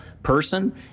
person